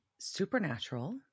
supernatural